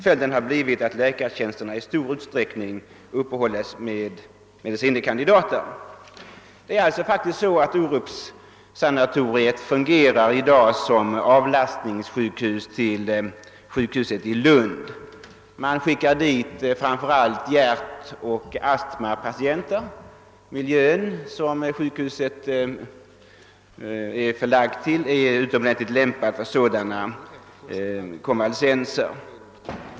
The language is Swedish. Följden har blivit att läkartjänsterna i stor utsträckning uppehålles av medicine kandidater.» Det är alltså faktiskt så, att Orupssjukhuset i dag fungerar som avlastningssjukhus för sjukhuset i Lund, dit man skickar framför allt hjärtoch astmapatienter. Miljön omkring sjukhuset är utomordentligt lämpad för sådana konvalescenter.